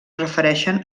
refereixen